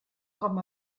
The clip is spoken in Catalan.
com